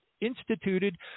instituted